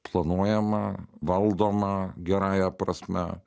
planuojama valdoma gerąja prasme